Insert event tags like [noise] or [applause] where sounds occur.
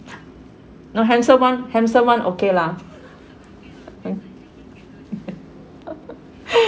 no handsome one handsome one okay lah okay [laughs]